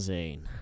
Zane